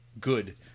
good